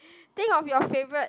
think of your favourite